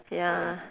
ya